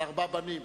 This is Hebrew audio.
על ארבעה בנים.